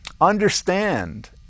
understand